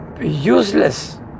useless